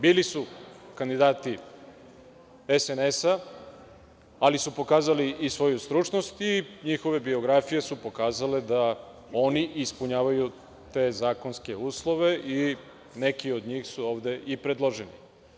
Bili su kandidati SNS, ali su pokazali i svoju stručnost i njihove biografije su pokazale da oni ispunjavaju te zakonske uslove i neki od njih su ovde i predloženi.